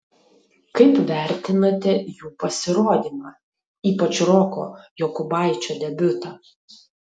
kaip vertinate jų pasirodymą ypač roko jokubaičio debiutą